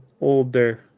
older